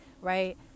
right